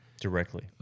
Directly